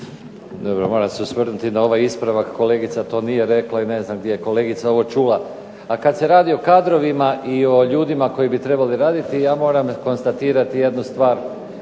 Dobro se moram osvrnuti na ovaj ispravak. Kolegica to nije rekla i ne znam gdje kolegica ovo čula. A kada se radi o kadrovima i ljudima koji bi trebali raditi, ja moram konstatirati jednu stvari,